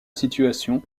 situation